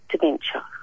dementia